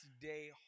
day